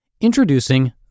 Introducing